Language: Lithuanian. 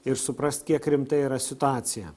ir suprast kiek rimta yra situacija